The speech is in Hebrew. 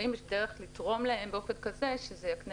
והאם יש דרך לתרום להם באופן כזה שזה יקנה